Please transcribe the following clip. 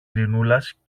ειρηνούλας